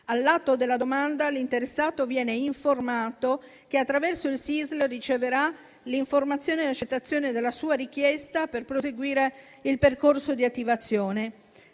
All'atto della domanda, l'interessato viene informato che, attraverso il SISL, riceverà l'informazione e l'accettazione della sua richiesta per proseguire il percorso di attivazione.